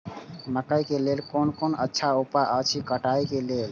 मकैय के लेल कोन अच्छा उपाय अछि कटाई के लेल?